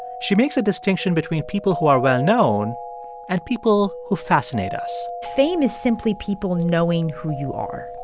she makes a distinction between people who are well-known and people who fascinate us fame is simply people knowing who you are.